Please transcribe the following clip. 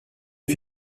est